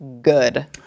Good